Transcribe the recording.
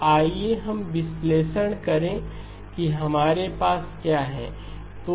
तो आइए हम विश्लेषण करें कि हमारे पास क्या है